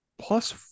plus